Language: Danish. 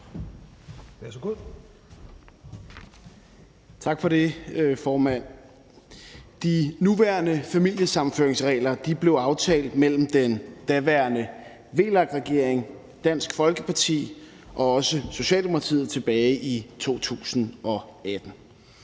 Dahlin (V): Tak for det, formand. De nuværende familiesammenføringsregler blev aftalt mellem den daværende VLAK-regering, Dansk Folkeparti og Socialdemokratiet tilbage i 2018.